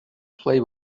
play